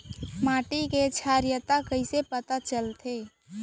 माटी के क्षारीयता कइसे पता लगथे?